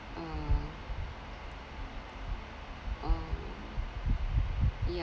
uh uh yeah